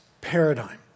paradigm